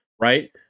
right